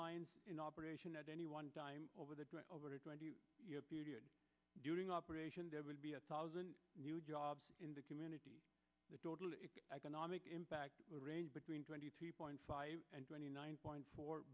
mines in operation at any one time over the over twenty year period during operation there will be a thousand new jobs in the community the total economic impact will range between twenty three point five and twenty nine point four